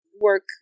work